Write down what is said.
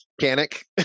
Panic